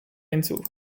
hinzu